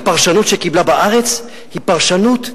הפרשנות שהיא קיבלה בארץ היא פרשנות,